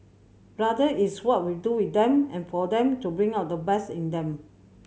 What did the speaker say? rather it's what we do with them and for them to bring out the best in them